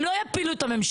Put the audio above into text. הם לא יפילו את הממשלה,